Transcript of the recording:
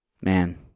man